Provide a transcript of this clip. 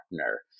partner